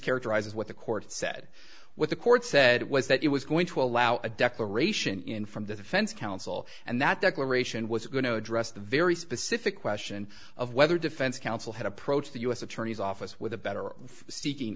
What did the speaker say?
mischaracterized what the court said what the court said was that it was going to allow a declaration in from the defense counsel and that declaration was going to address the very specific question of whether defense counsel had approached the u s attorney's office with a better seeking